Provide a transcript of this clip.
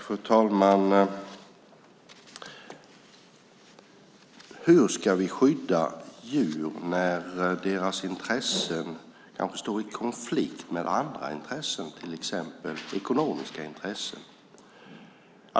Fru talman! Hur ska vi skydda djur när deras intressen kanske står i konflikt med andra intressen, till exempel ekonomiska intressen?